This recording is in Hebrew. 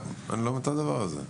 אני לא מבין את הדבר הזה.